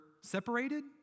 separated